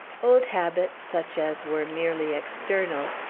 old habits, such as were merely external,